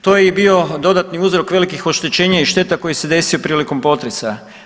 To je i bio dodatni uzrok velikih oštećenja i šteta koji se desio prilikom potresa.